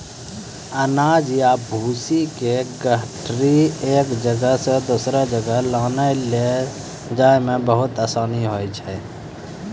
अनाज या भूसी के गठरी एक जगह सॅ दोसरो जगह लानै लै जाय मॅ बहुत आसानी होय छै